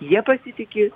ja pasitiki